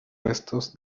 restos